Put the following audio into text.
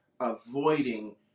avoiding